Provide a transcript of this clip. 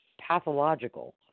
Pathological